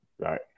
right